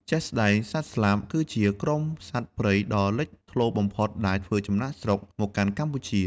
ជាក់ស្ដែង សត្វស្លាប គឺជាក្រុមសត្វព្រៃដ៏លេចធ្លោបំផុតដែលធ្វើចំណាកស្រុកមកកាន់កម្ពុជា។